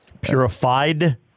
Purified